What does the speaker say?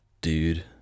dude